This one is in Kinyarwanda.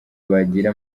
bagira